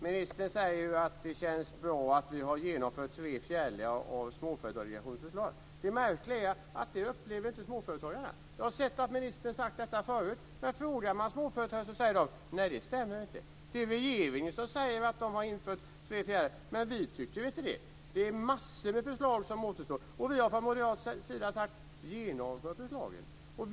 Ministern säger att det känns bra att tre fjärdedelar av Småföretagardelegationens förslag har genomförts. Det märkliga är att småföretagarna inte upplever detta. Ministern har sagt detta förut, men frågar man småföretagarna säger de att det inte stämmer. Det är regeringen som säger att tre fjärdedelar av förslagen har genomförts, men företagarna tycker inte det. Det återstår massor av förslag. Vi har från moderat sida sagt att förslagen ska genomföras.